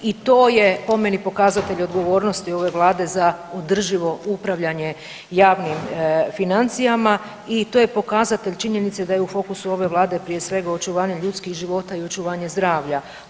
I to je po meni pokazatelj odgovornosti ove vlade za održivo upravljanje javnim financijama i to je pokazatelj činjenice da je u fokusu ove vlade prije svega očuvanje ljudskih života i očuvanje zdravlja.